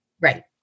Right